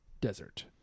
Desert